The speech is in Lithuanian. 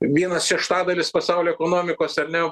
vienas šeštadalis pasaulio ekonomikos ar ne